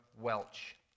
Welch